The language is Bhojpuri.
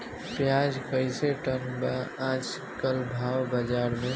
प्याज कइसे टन बा आज कल भाव बाज़ार मे?